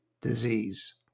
disease